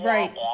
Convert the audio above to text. Right